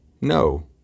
No